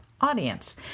audience